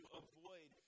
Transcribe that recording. avoid